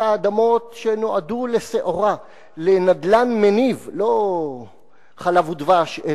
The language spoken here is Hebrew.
האדמות שנועדו לשעורה לנדל"ן מניב לא חלב ודבש,